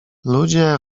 ludzie